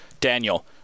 Daniel